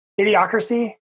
Idiocracy